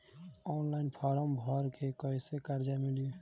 Online form भर के कैसे कर्जा मिली?